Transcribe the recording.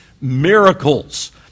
miracles